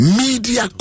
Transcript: media